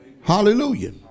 Hallelujah